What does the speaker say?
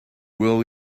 will